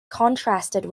contrasted